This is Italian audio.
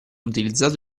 utilizzato